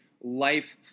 life